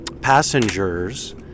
passengers